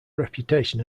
reputation